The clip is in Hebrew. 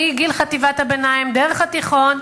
מגיל חטיבת הביניים דרך התיכון,